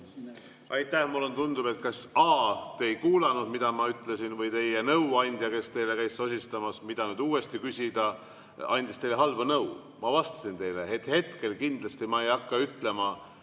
Aitäh! Mulle tundub, et kas a) te ei kuulanud, mida ma ütlesin, või b) teie nõuandja, kes teile käis sosistamas, mida nüüd uuesti küsida, andis teile halba nõu. Ma vastasin teile, et hetkel kindlasti ma ei hakka